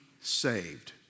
saved